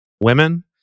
women